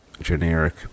generic